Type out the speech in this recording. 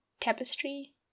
Tapestry